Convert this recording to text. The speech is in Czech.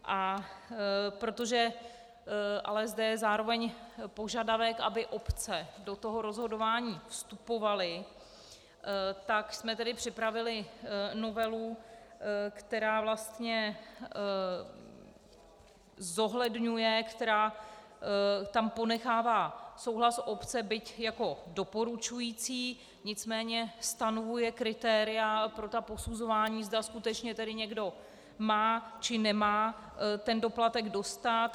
Ale protože je zde zároveň požadavek, aby obce do toho rozhodování vstupovaly, tak jsme připravili novelu, která vlastně zohledňuje která tam ponechává souhlas obce, byť jako doporučující, nicméně stanovuje kritéria pro posuzování, zda skutečně tedy někdo má, či nemá ten doplatek dostat.